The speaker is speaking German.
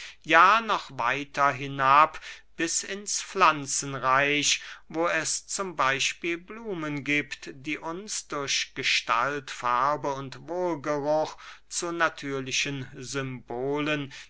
ja noch weiter hinab bis ins pflanzenreich wo es z b blumen giebt die uns durch gestalt farbe und wohlgeruch zu natürlichen symbolen